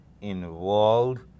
involved